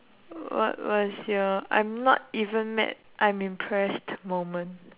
what what is your I'm not even mad I'm impressed moment